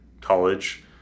college